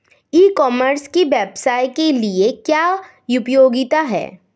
ई commerce की व्यवसाय के लिए क्या उपयोगिता है?